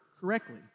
Correctly